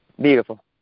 Beautiful